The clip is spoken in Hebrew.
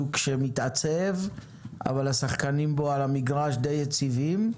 שוק שמתעצב אבל השחקנים בו על המגרש די יציבים.